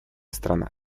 страна